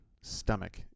stomach